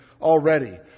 already